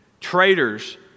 Traitors